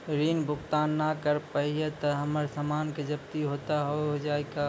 ऋण भुगतान ना करऽ पहिए तह हमर समान के जब्ती होता हाव हई का?